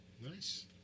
Nice